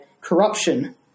corruption